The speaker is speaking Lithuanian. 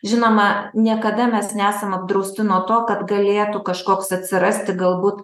žinoma niekada mes nesam apdrausti nuo to kad galėtų kažkoks atsirasti galbūt